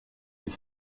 est